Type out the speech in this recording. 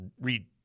read –